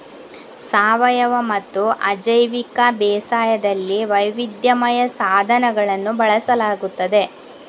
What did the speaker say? ಸಾವಯವಮತ್ತು ಅಜೈವಿಕ ಬೇಸಾಯದಲ್ಲಿ ವೈವಿಧ್ಯಮಯ ಸಾಧನಗಳನ್ನು ಬಳಸಲಾಗುತ್ತದೆ